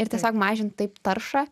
ir tiesiog mažint taip taršą